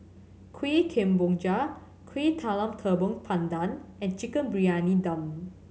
Kueh Kemboja Kueh Talam Tepong Pandan and Chicken Briyani Dum